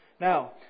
Now